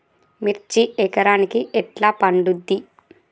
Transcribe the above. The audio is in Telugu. మిర్చి ఎకరానికి ఎట్లా పండుద్ధి?